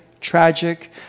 tragic